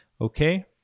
Okay